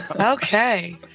Okay